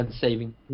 saving